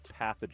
pathogen